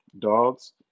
Dogs